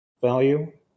value